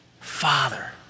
Father